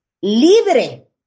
libre